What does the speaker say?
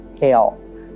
help